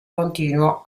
continuo